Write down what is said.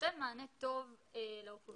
נותן מענה טוב לאוכלוסייה הזאת.